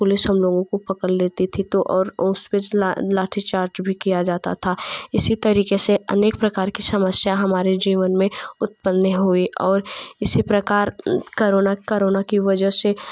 police हम लोगों को पकड़ लेती थी तो और उस बीच लाठी चार्ज भी किया जाता था इसी तरीक़े से अनेक प्रकार की समस्या हमारे जीवन में उत्पन्न हुई और इसी प्रकार करोना करोना की वजह से